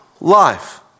life